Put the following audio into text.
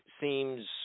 seems